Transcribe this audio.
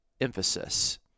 emphasis